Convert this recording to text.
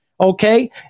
okay